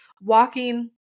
walking